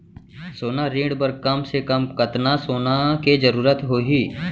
सोना ऋण बर कम से कम कतना सोना के जरूरत होही??